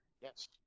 Yes